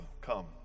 come